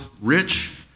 rich